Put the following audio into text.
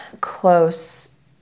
close